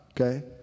okay